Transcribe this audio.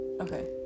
okay